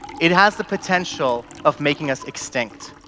it has the potential of making us extinct.